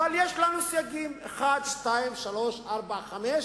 אבל יש לנו סייגים: 1, 2, 3, 4 ו-5.